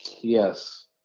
Yes